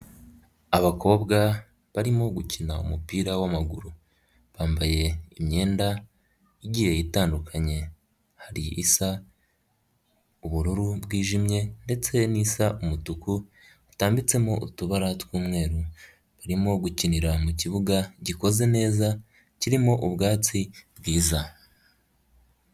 Abakobwa barimo gukina umupira w'amaguru. Bambaye imyenda igiye itandukanye. Hari isa ubururu bwijimye ndetse n'isa umutuku, utambitsemo utubara tw'umweru. Barimo gukinira mu kibuga gikoze neza kirimo ubwatsi bwiza.